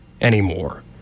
anymore